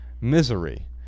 misery